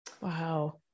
Wow